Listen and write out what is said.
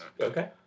Okay